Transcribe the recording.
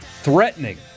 threatening